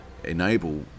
enable